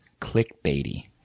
clickbaity